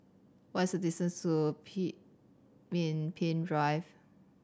what is the distance to Pemimpin Drive